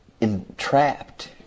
entrapped